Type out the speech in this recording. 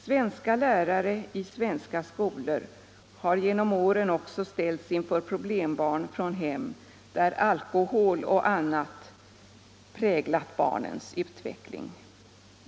—-—-—- Svenska lärare i svenska skolor har genom åren också ställts inför problembarn från hem där alkohol och 15 annat präglat barnens utveckling.